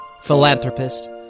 philanthropist